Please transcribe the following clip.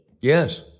Yes